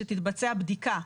שתתבצע בדיקה,